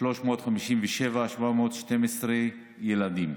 3,357,712 ילדים.